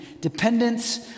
Dependence